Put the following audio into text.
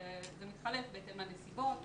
כשזה מתחלק בהתאם לנסיבות ולצרכים.